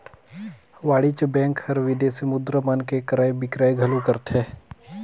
वाणिज्य बेंक हर विदेसी मुद्रा मन के क्रय बिक्रय घलो करथे